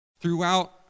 Throughout